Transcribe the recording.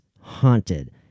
haunted